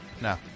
No